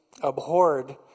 abhorred